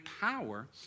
power